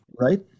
right